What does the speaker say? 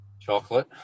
Chocolate